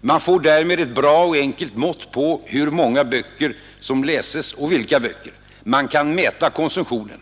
Man får därmed ett bra och enkelt mått på hur många böcker som läses och vilka böcker. Man kan mäta konsumtionen.